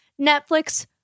Netflix